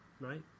right